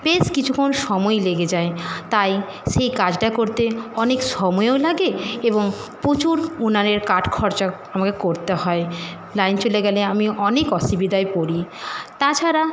বেশ কিছুক্ষন সময় লেগে যায় তাই সেই কাজটা করতে অনেক সময়ও লাগে এবং প্রচুর উনুনের কাঠ খরচা আমাকে করতে হয় লাইন চলে গেলে আমি অনেক অসুবিধায় পড়ি তাছাড়া